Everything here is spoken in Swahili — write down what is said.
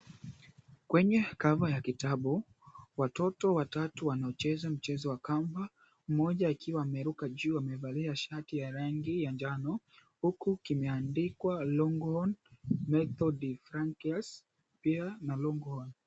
Kwenye kava ya kitabu watoto watatu wanacheza mchezo wa kamba, mmoja akiwa ameruka juu amevalia shati ya rangi ya njano huku kimeandikwa, Longhorn Methode de Francaise pia Longhorn.